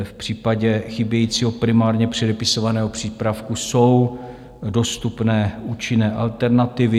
V případě chybějícího primárně předepisovaného přípravku jsou dostupné účinné alternativy.